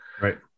right